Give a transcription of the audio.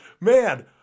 man